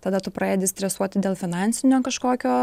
tada tu pradedi stresuoti dėl finansinio kažkokio